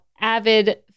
avid